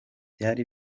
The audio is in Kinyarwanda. byari